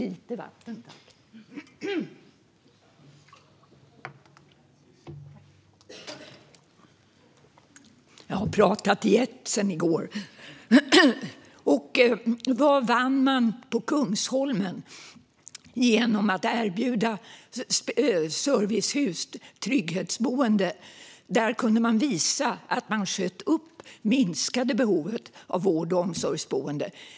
Och vad vann man på Kungsholmen genom att erbjuda servicehus och trygghetsboenden? Där kunde man visa att man sköt upp och minskade behovet av vård och omsorgsboende.